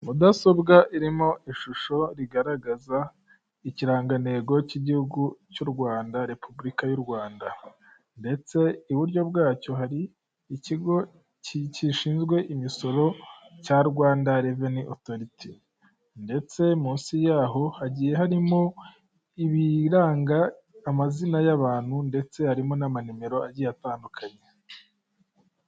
Mudasobwa irimo ishusho rigaragaza ikirangantego cy'igihugu cy'Urwanda, repubulika y'urwanda ndetse iburyo bwacyo hari ikigo gishinzwe imisoro cya rwanda reveni otoriti ndetse munsi yaho hagiye harimo ibiranga amazina y'abantu ndetse harimo n'amanimero agiye atandukanye.